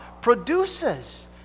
produces